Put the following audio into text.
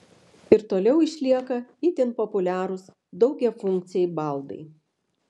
ir toliau išlieka itin populiarūs daugiafunkciai baldai